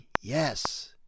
yes